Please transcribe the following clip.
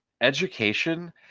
education